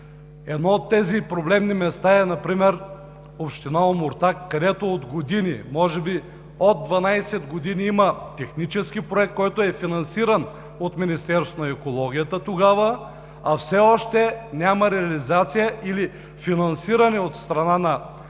Едно от тези проблемни места е например община Омуртаг, където от години, може би от 12 години има технически проект, който е финансиран от Министерството на екологията тогава, а все още няма реализация или финансиране от страна на държавата